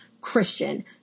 Christian